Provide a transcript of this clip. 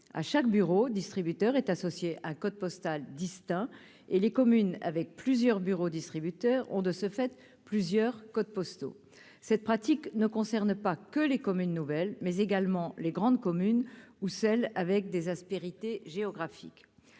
à chaque bureau distributeur est associé un code postal distincts et les communes avec plusieurs bureaux distributeurs ont de ce fait plusieurs codes postaux, cette pratique ne concerne pas que les communes nouvelles, mais également les grandes communes ou celle avec des aspérités géographique,